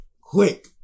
quick